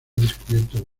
descubierto